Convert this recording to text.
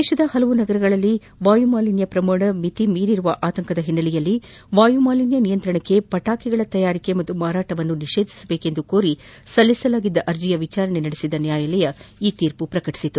ದೇಶದ ಹಲವು ನಗರಗಳಲ್ಲಿ ವಾಯು ಮಾಲಿನ್ನ ಪ್ರಮಾಣ ಮಿತಿ ಮೀರಿರುವ ಆತಂಕದ ಹಿನ್ನೆಲೆಯಲ್ಲಿ ವಾಯುಮಾಲಿನ್ನ ನಿಯಂತ್ರಣಕ್ಕೆ ಪಚಾಕಿಗಳ ತಯಾರಿಕೆ ಮತ್ತು ಮಾರಾಟ ನಿಷೇಧಿಸುವಂತೆ ಕೋರಿ ಸಲ್ಲಿಸಲಾದ ಅರ್ಜಿಯ ವಿಚಾರಣೆ ನಡೆಸಿದ ನ್ನಾಯಾಲಯ ಈ ತೀರ್ಮ ಸಲಹೆ ನೀಡಿದೆ